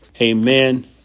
amen